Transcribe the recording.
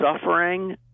suffering